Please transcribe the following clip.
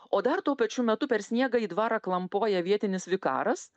o dar tuo pačiu metu per sniegą į dvarą klampoja vietinis vikaras